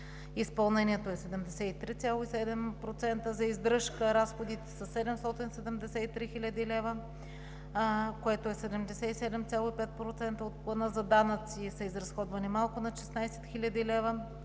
изпълнението е 73,7% за издръжка, разходите са 773 хил. лв., което е 77,5%, от плана; за данъци са изразходвани малко над 16 хил. лв.